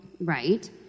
right